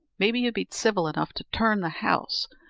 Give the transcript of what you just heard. maybe you'd be civil enough to turn the house,